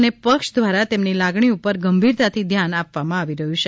અને પક્ષ દ્વારા તેમની લાગણી ઉપર ગંભીરતાથી ધ્યાન આપવામાં આવી રહ્યું છે